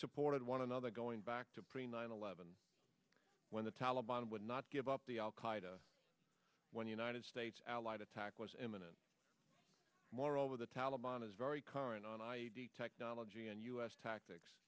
supported one another going back to pre nine eleven when the taliban would not give up the al qaeda when united states allied attack was imminent moreover the taliban is very current on i e d technology and us tactics